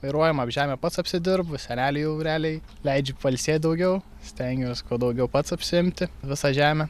vairuojama žemę pats apsidirbu seneliai jau realiai leidžiu pailsėt daugiau stengiuos kuo daugiau pats apsiimti visą žemę